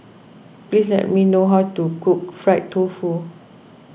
please tell me how to cook Fried Tofu